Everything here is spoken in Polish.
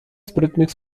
sprytnych